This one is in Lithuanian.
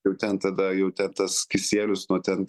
jau ten tada jau ten tas kisielius nuo ten